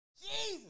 Jesus